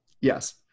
Yes